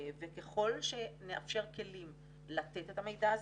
וככל שנאפשר כלים לתת את המידע הזה,